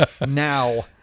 now